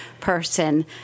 person